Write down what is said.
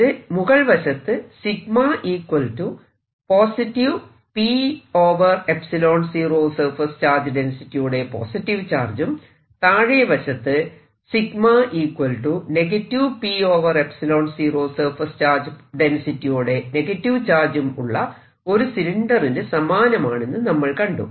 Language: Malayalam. ഇത് മുകൾ വശത്ത് P 0 സർഫേസ് ചാർജ് ഡെൻസിറ്റിയോടെ പോസിറ്റീവ് ചാർജും താഴെ വശത്ത് P 0 സർഫേസ് ചാർജ് ഡെൻസിറ്റിയോടെ നെഗറ്റീവ് ചാർജും ഉള്ള ഒരു സിലിണ്ടറിന് സമാനമാണെന്ന് നമ്മൾ കണ്ടു